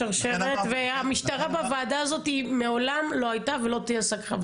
הסיבה שכינסנו את הדיון הזה היא גם בעקבות הכתבה של ג'וש